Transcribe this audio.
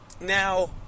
Now